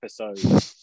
episode